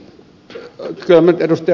kyllä minun ed